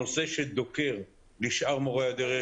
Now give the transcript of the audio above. הנושא שדוקר נשאר מורי הדרך.